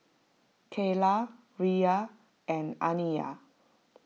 Kaylah Riya and Aniyah